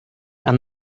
and